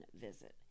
visit